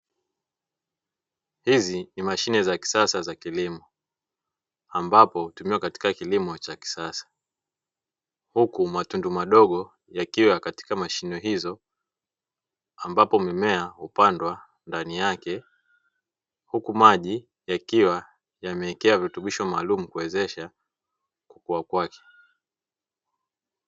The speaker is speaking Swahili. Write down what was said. Hizi ni mashine za kisasa za kilimo, ambapo hutumiwa katika kilimo cha kisasa, huku matundu madogo yakiwa katika mashine hizo ambapo mimea hupandwa ndani yake, huku maji yakiwa yameekewa virutubisho maalumu kuwezesha kukuwa kwake.